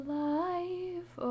life